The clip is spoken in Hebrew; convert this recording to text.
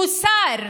מוסר.